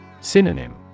Synonym